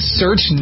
search